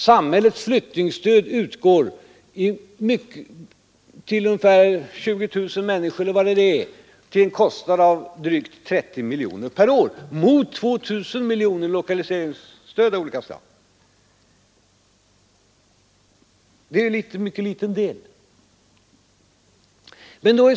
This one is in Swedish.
Samhällets flyttningsstöd utgår till ungefär 20 000 människor till en kostnad av drygt 30 miljoner kronor per år mot 2 000 miljoner kronor i lokaliseringsstöd av olika slag. Det är alltså en mycket liten del.